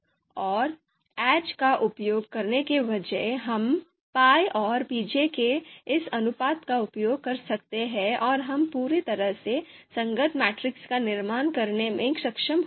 और aij का उपयोग करने के बजाय हम pi और pj के इस अनुपात का उपयोग कर सकते हैं और हम पूरी तरह से संगत मैट्रिक्स का निर्माण करने में सक्षम होंगे